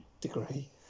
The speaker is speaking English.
degree